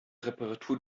reparatur